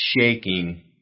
shaking